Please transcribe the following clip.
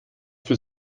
für